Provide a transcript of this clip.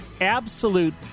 absolute